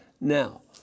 Now